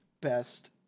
best